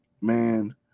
man